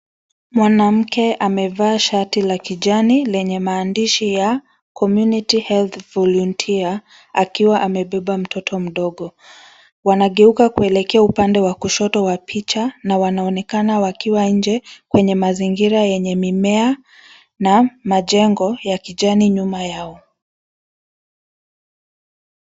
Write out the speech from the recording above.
Mwanamke amevaa shati la kijani lenye maandishi ya Community Health Volunteer akiwa amebeba mtoto mdogo. Wanageuka kuelekea upande wa kushoto wa picha na wanaonekana wakiwa nje kwenye mazingira yenye mimea na majengo ya kijani nyuma yao.